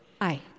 Aye